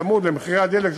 הצמדה למחירי הדלק,